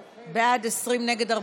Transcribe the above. בעד, 20, נגד,